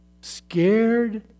Scared